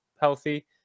healthy